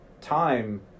time